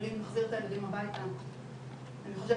אבל אם נחזיר את הילדים הביתה אני חושבת